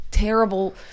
terrible